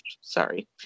sorry